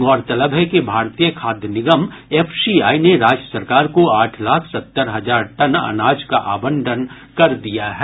गौरतलब है कि भारतीय खाद्य निगम एफसीआई ने राज्य सरकार को आठ लाख सत्तर हजार टन अनाज का आंवटन कर दिया है